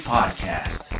Podcast